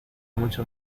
mucho